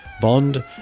bond